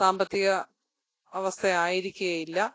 സാമ്പത്തിക അവസ്ഥയായിരിക്കെയില്ല